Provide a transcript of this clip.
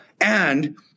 And-